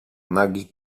nagi